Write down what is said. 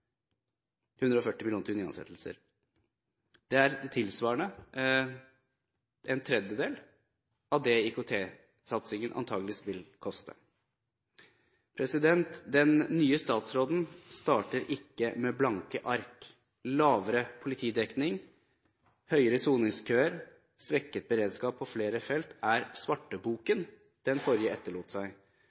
140 mill. kr til nyansettelser tilsvarer en tredjedel av det IKT-satsingen antakelig vil koste. Den nye statsråden starter ikke med blanke ark. Lavere politidekning, lengre soningskøer og svekket beredskap på flere felt er svarteboken den forrige statsråden etterlot seg.